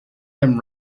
them